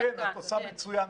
כן, את עושה מצוין.